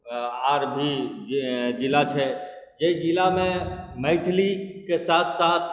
आओर भी जे जिला छै जाहि जिलामे मैथिलीके साथ साथ